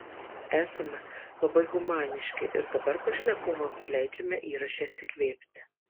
esame labai humaniški ir dabar pašnekovams leidžiame įraše atsikvėpti